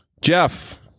Jeff